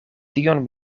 tion